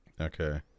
Okay